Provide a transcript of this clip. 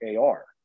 AR